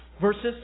verses